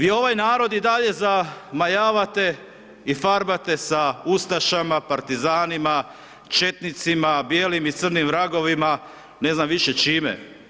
I ovaj narod i dalje majavate i farbate sa ustašama, partizanima, četnicima, bijelim i crnim vragovima i ne znam više čime.